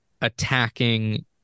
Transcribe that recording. attacking